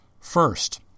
First